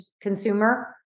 consumer